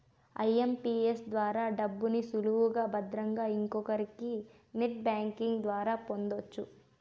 IMPS ద్వారా డబ్బుని సులువుగా భద్రంగా ఇంకొకరికి నెట్ బ్యాంకింగ్ ద్వారా పొందొచ్చు